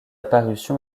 parution